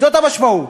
זאת המשמעות,